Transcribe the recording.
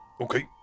Okay